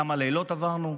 כמה לילות עברנו?